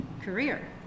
career